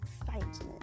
excitement